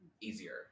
easier